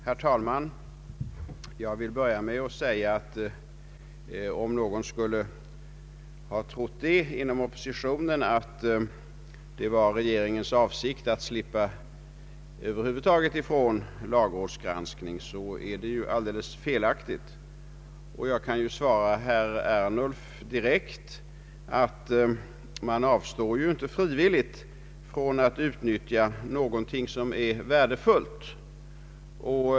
Herr talman! Jag vill börja med att säga att om någon inom oppositionen skulle tro att det är regeringens avsikt att söka slippa ifrån lagrådsgranskningen över huvud taget så är detta felaktigt. Jag kan svara herr Ernulf direkt, att man inte frivilligt avstår från att utnyttja någonting som är värdefullt.